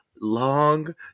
long